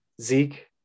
Zeke